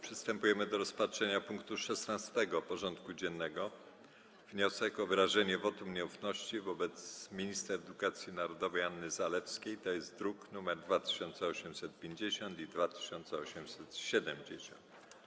Przystępujemy do rozpatrzenia punktu 16. porządku dziennego: Wniosek o wyrażenie wotum nieufności wobec minister edukacji narodowej Anny Zalewskiej (druki nr 2850 i 2870)